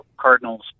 Cardinal's